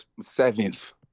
seventh